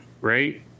right